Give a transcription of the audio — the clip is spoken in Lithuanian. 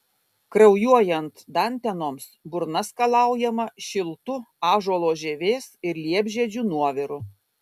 kraujuojant dantenoms burna skalaujama šiltu ąžuolo žievės ir liepžiedžių nuoviru